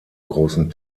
großen